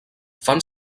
fan